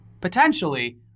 potentially